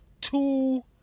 two